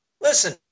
listen